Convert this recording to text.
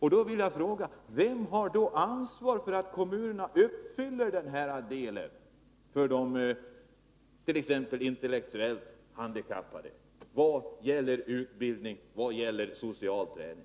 Jag vill fråga arbetsmarknadsministern: Vem har ansvaret för att kommunerna uppfyller sin del när det t.ex. gäller de intellektuellt handikappades utbildning och sociala träning?